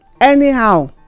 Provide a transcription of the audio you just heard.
Anyhow